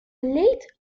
late